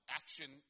action